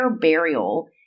burial